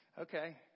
okay